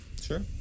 Sure